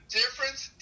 difference